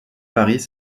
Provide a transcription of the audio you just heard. paris